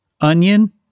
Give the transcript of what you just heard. Onion